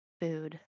food